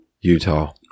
Utah